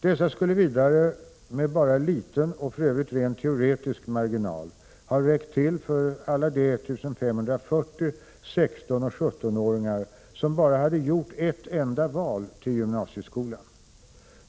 Dessa skulle vidare med bara liten och för övrigt rent teoretisk marginal ha räckt till för alla de 1 540 16 och 17-åringar som bara hade gjort ett enda val till gymnasieskolan.